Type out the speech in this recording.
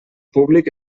públic